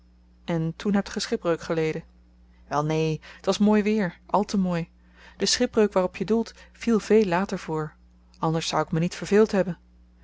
en toen hebt ge schipbreuk geleden wel neen t was mooi weer al te mooi de schipbreuk waarop je doelt viel veel later voor anders zou ik me niet verveeld hebben